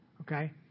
okay